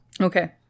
Okay